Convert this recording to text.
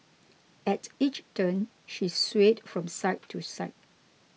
at each turn she swayed from side to side